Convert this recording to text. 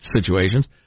situations